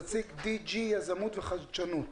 נציג D.G יזמות וחדשנות